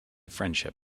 friendship